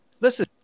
listen